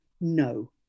no